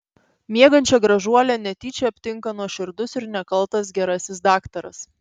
miegančią gražuolę netyčia aptinka nuoširdus ir nekaltas gerasis daktaras